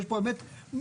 אני